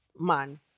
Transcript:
man